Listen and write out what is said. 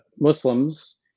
Muslims